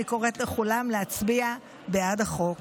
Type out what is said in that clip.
אני קוראת לכולם להצביע בעד החוק.